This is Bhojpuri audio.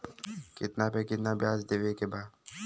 कितना पे कितना व्याज देवे के बा?